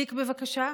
תיק, בבקשה.